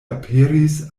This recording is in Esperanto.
aperis